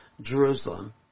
Jerusalem